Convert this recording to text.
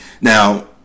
Now